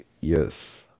Yes